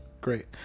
Great